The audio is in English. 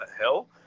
hell